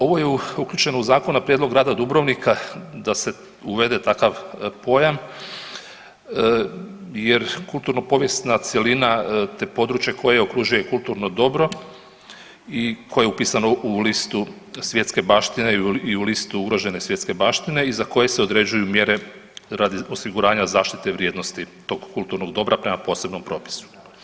Ovo je uključeno u zakon na prijedlog Grada Dubrovnika, da se uvede takav pojam jer kulturno-povijesna cjelina, te područje koje okružuje kulturno dobro i koje je upisano u listu svjetske baštine i u listu ugrožene svjetske baštine i za koje se određuju mjere radi osiguranja zaštite vrijednosti tog kulturnog dobra prema posebnom propisu.